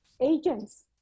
agents